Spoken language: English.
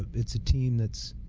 it's a team that's